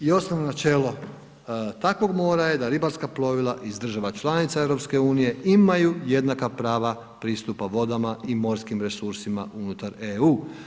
I osnovno načelo takvog mora je da ribarska plovila iz država članica EU imaju jednaka prava pristupa vodama i morskim resursima unutar EU.